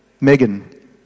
Megan